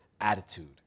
attitude